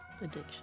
addiction